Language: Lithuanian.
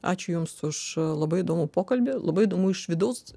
ačiū jums už labai įdomų pokalbį labai įdomu iš vidaus